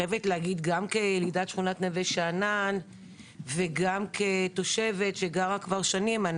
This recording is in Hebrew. כילידת נווה שאנן וכתושבת שגרה בה כבר שנים,